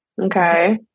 Okay